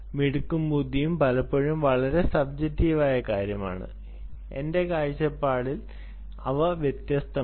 മിടുക്കും ബുദ്ധിയും പലപ്പോഴും വളരെ സബ്ജെക്റ്റീവ് ആയ കാര്യമാണ് എന്റെ കാഴ്ചപ്പാടിൽ അവ വ്യത്യസ്തമാണ്